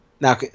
Now